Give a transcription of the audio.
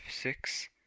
six